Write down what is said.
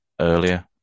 earlier